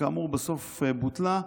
שכאמור בסוף בוטלה,